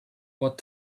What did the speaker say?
what